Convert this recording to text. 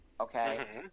Okay